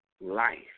life